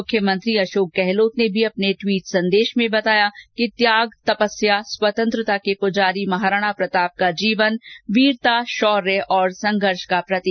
मुख्यमंत्री अशोक गहलोत ने भी अपने ट्वीट संदेश में बताया कि त्याग तपस्या स्वतंत्रता के पुजारी महाराणा प्रताप का जीवन वीरता शोर्य और संघर्ष का प्रतीक है